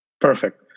Perfect